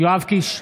יואב קיש,